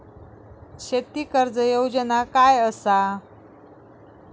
शेती कर्ज योजना काय असा?